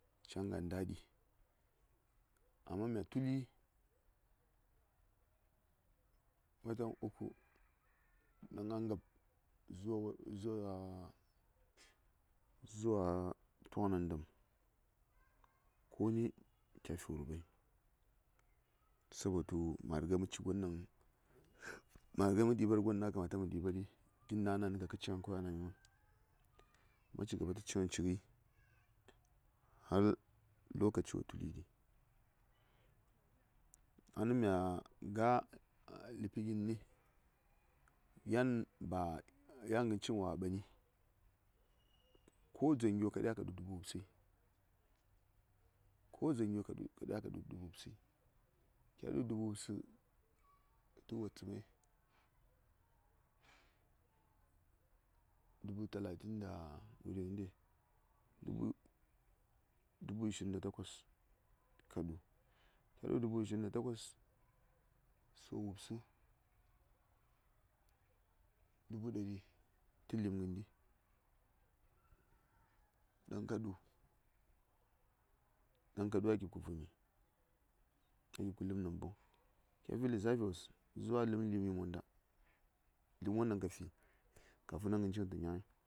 Ca nga ɗaɗi amma mya tuli watan uku ɗaŋ a ngab zuwa zuwa tok nandam koni ca fi wurɓai sabotu ma rige mə ɗiɓar gon ɗaŋ kamata mə ɗiɓari gin kawai ana ni kə ci ngən ɗaŋni ma cigaɓa tə ci ngən ci ngəi har lokaci wo tuliɗi ɗaŋnimya ga ləpi gin ni yan ngən ci ngən wa a mɓani ko dzaŋ gyo ka ɗya ka ɗu dubu wubsəi kya ɗu dubu wubsə tə wattsəmai dubu talatin da wuri ngənde?dubu ishirin da takos ka ɗu kya ɗu dubu ishin da takos so wubsə dubu ɗari tə lim ngəndi ɗaŋ ka ɗu a gip kə voni a gip kə ləpm nanboŋ kya fi ləssafiwos zuwa a ləpm lim yi monda fi ngər won ɗaŋ ka fi kafin ngən ci ngən tə ɓan.